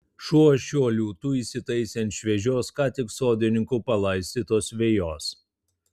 šuo šiuo liūtu įsitaisė ant šviežios ką tik sodininkų palaistytos vejos